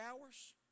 hours